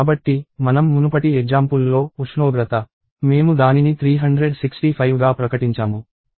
కాబట్టి మనం మునుపటి ఎగ్జామ్పుల్ లో ఉష్ణోగ్రత మేము దానిని 365 గా ప్రకటించాము